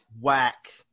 Whack